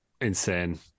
insane